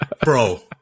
Bro